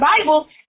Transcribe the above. Bible